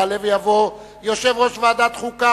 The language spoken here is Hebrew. יעלה ויבוא יושב-ראש ועדת החוקה,